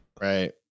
Right